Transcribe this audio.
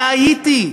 מהאיטי,